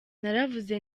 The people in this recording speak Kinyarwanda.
naravuze